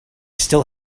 still